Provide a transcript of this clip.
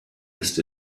ist